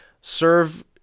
serve